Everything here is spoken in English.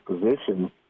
position